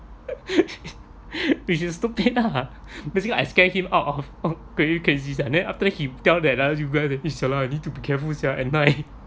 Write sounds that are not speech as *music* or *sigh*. *laughs* which is stupid lah basically I scared him out of very crazy sia and then after he tell that you guys sia lah I need to be careful sia at night *laughs*